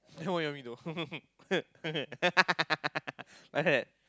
then what you want me do like that